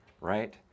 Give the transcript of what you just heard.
right